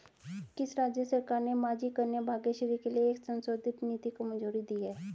किस राज्य सरकार ने माझी कन्या भाग्यश्री के लिए एक संशोधित नीति को मंजूरी दी है?